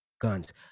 guns